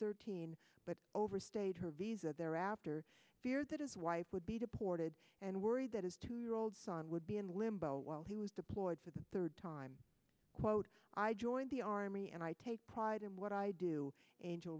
thirteen but overstayed her visa thereafter fear that his wife would be deported and worried that his two year old son would be in limbo while he was deployed for the third time quote i joined the army and i take pride in what i do